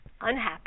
unhappy